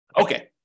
Okay